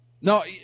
No